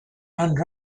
and